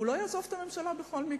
הוא לא יעזוב את הממשלה בכל מקרה,